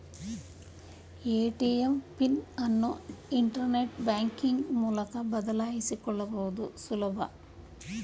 ATM pin ಅನ್ನು internet banking ಮೂಲಕ ಬದಲಾಯಿಸಿಕೊಳ್ಳುದು ಸುಲಭ